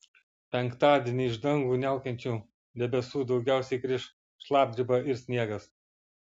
penktadienį iš dangų niaukiančių debesų daugiausiai kris šlapdriba ir sniegas